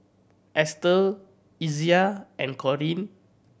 Estel Izaiah and Corene